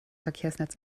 verkehrsnetz